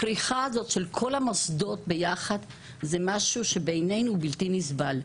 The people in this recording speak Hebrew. הכריכה של כל המוסדות יחד זה משהו שבעינינו בלתי נסבל.